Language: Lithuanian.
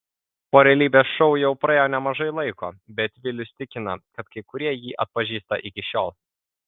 po realybės šou jau praėjo nemažai laiko bet vilius tikina kad kai kurie jį atpažįsta iki šiol